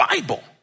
Bible